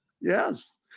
Yes